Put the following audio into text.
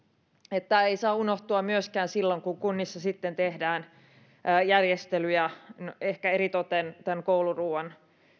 että se ei saa unohtua myöskään silloin kun kunnissa sitten tehdään järjestelyjä ehkä eritoten tämän kouluruuan